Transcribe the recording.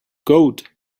goat